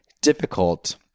difficult